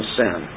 sin